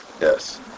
Yes